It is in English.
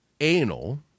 anal